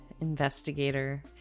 investigator